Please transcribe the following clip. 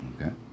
Okay